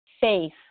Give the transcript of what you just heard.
Faith